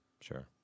Sure